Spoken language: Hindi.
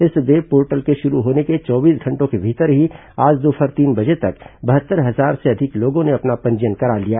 इस वेबपोर्टल के शुरू होने के चौबीस घंटों के भीतर ही आज दोपहर तीन बजे तक बहत्तर हजार से अधिक लोगों ने अपना पंजीयन करा लिया